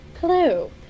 hello